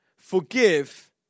Forgive